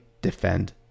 defend